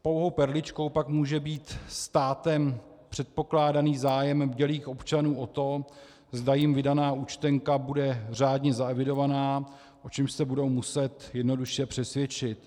Pouhou perličkou pak může být státem předpokládaný zájem bdělých občanů o to, zda jim vydaná účtenka bude řádně zaevidovaná, o čemž se budou muset jednoduše přesvědčit.